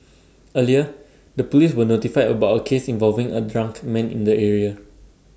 earlier the Police were notified about A case involving A drunk man in the area